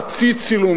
חצי צילום,